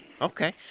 Okay